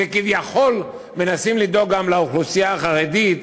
וכביכול מנסים לדאוג גם לאוכלוסייה החרדית,